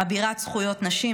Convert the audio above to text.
אבירת זכויות נשים,